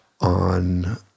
on